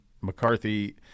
McCarthy –